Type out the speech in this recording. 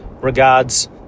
regards